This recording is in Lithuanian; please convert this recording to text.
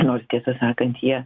nors tiesą sakant jie